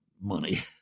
money